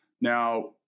Now